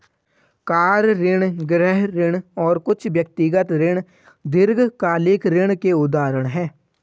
car ऋण, गृह ऋण और कुछ व्यक्तिगत ऋण दीर्घकालिक ऋण के उदाहरण हैं